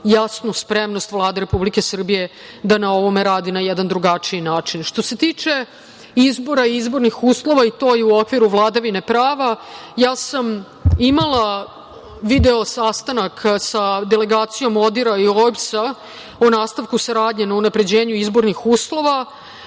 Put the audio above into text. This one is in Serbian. jasnu spremnost Vlade Republike Srbije da na ovome radi na jedan drugačiji način. Što se tiče izbora i izbornih uslova, i to je u okviru vladavine prava. Imala sam video sastanak sa delegacijom ODIR-a i OEBS-a o nastavku saradnje na unapređenju izbornih uslova.